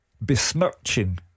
besmirching